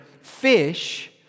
fish